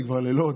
זה כבר לילות,